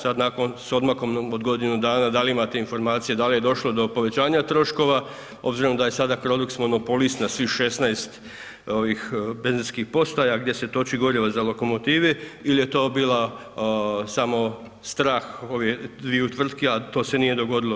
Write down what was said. Sada nakon s odmakom od godinu dana da li imate informacije da li je došlo do povećanja troškova obzirom da je sada Crodux monopolist na svih 16 benzinskih postaja gdje se toči gorivo za lokomotive ili je to bila samo strah ovih dviju tvrtki, a to se nije dogodilo.